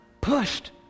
pushed